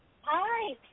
Hi